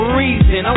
reason